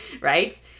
right